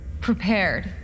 Prepared